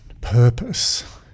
purpose